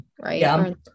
right